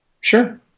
Sure